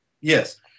Yes